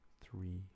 three